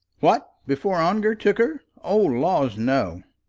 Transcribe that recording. what! before ongar took her? o laws, no.